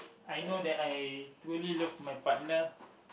I know that I truly love my partner